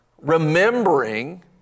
remembering